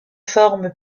forme